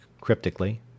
cryptically